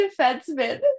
defenseman